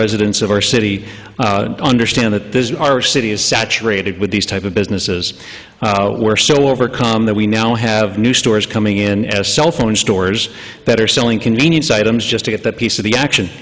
residents of our city understand that our city is saturated with these type of businesses were so overcome that we now have new stores coming in as cellphone stores that are selling convenience items just to get that piece of the action